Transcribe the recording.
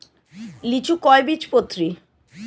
লিচু কয় বীজপত্রী?